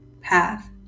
path